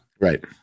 Right